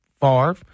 Favre